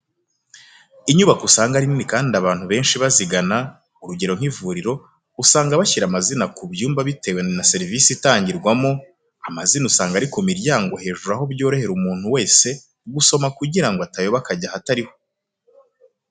Inyubako usanga ari nini cyane kandi abantu benshi bazigana, urugero nk'ivuriro, usanga bashyira amazina ku byumba bitewe na serivisi itangirwamo, amazina usanga ari ku miryango hejuru aho byorohera umuntu wese gusoma kugira ngo atayoba akajya ahatariho.